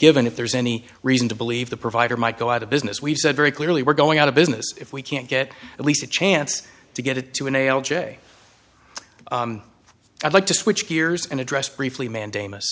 given if there's any reason to believe the provider might go out of business we've said very clearly we're going out of business if we can't get at least a chance to get it to a nail j i'd like to switch gears and address briefly mandamus